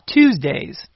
Tuesdays